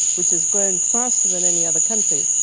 which has grown faster than any other country.